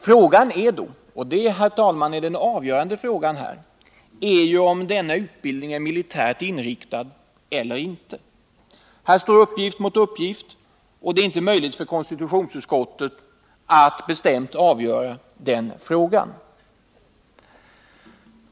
Frågan är då — och det är, herr talman, den avgörande frågan — om denna utbildning är militärt inriktad eller inte. Här står uppgift mot uppgift, och det är inte möjligt för konstitutionsutskottet att definitivt avgöra denna fråga.